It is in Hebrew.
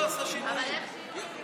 איתן